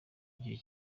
igihe